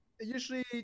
usually